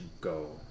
go